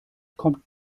kommt